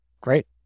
great